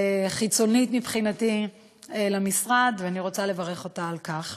חיצונית למשרד, ואני רוצה לברך אותה על כך.